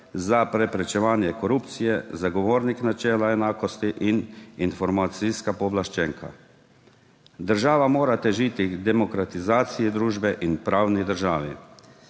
za preprečevanje korupcije, Zagovornik načela enakosti in Informacijska pooblaščenka. Država mora težiti k demokratizaciji družbe in pravni državi.